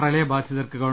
പ്രളയബാധിതർക്ക് ഗവ